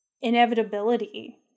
inevitability